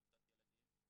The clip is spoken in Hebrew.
תמותת ילדים,